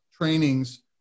trainings